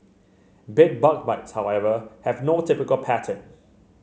bed bug bites however have no typical pattern